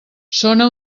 sona